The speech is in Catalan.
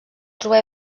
trobar